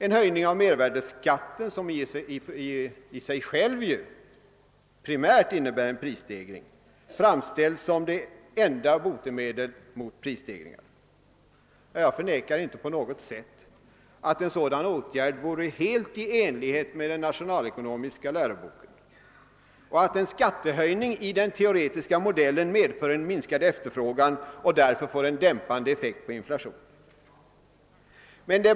En höjning av mervärdeskatten, som i sig själv ju primärt innebär en prisstegring, framställs som det enda botemedlet mot prisstegringar. Jag förnekar inte på något sätt att en sådan åtgärd vore helt i enlighet med den nationalekonomiska läroboken och att en skattehöjning i den teoretiska modellen medför en. minskad efterfrågan och därför får en dämpande effekt på inflationen.